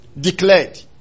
Declared